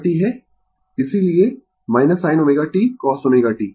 इसीलिए sin ω t cosω t